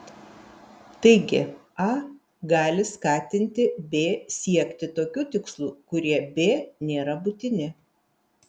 taigi a gali skatinti b siekti tokių tikslų kurie b nėra būtini